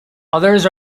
others